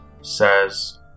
Says